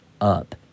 up